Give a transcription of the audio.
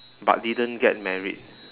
but didn't get married